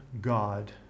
God